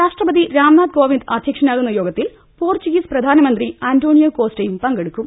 രാഷ്ട്രപതി രാംനാഥ് കോവിന്ദ് അധ്യക്ഷനാകുന്ന യോഗത്തിൽ പോർച്ചുഗീസ് പ്രധാനമന്ത്രി അന്റോണിയോ കോസ്റ്റയും പങ്കെടു ക്കും